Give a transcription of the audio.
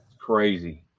crazy